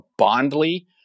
Bondly